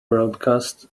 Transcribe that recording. broadcast